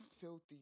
filthy